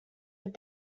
have